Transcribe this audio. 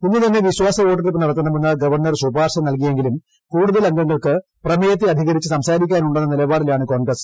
ഇന്നുതന്നെ വിശ്വാസവോട്ടെടുപ്പ് നടത്തണമെന്ന് ഗവർണർ ശുപാർശ നൽകിയെങ്കിലും കൂടുതൽ അംഗങ്ങൾക്ക് പ്രമേയത്തെ അധികരിച്ച് സംസാരിക്കാനുണ്ടെന്ന നിലപാടിലാണ് കോൺഗ്രസ്